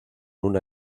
una